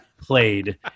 played